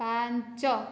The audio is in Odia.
ପାଞ୍ଚ